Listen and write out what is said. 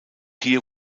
hier